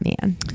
man